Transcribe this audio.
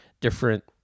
different